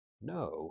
No